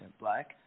black